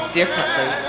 differently